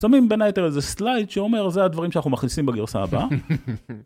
שמים בין היתר איזה סלייד שאומר זה הדברים שאנחנו מכניסים בגרסה הבאה.